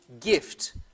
gift